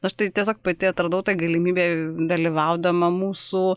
nu aš tai tiesiog pati atradau tą galimybę dalyvaudama mūsų